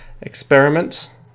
experiment